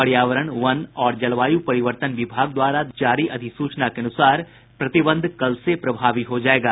पर्यावरण वन और जलवायू परिवर्तन विभाग द्वारा जारी अधिसूचना के अनुसार प्रतिबंध कल से प्रभावी हो जायेगा